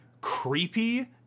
creepy